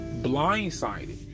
blindsided